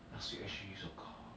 要 swtich S_G use your car